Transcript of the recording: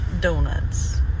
Donuts